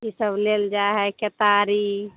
ई सब लेल जा हइ केतारी